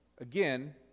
Again